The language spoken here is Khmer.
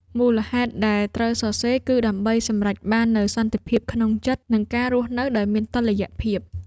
មូលហេតុដែលត្រូវសរសេរគឺដើម្បីសម្រេចបាននូវសន្តិភាពក្នុងចិត្ត និងការរស់នៅដោយមានតុល្យភាព។